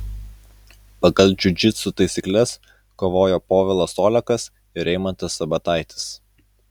pagal džiudžitsu taisykles kovojo povilas olekas ir eimantas sabataitis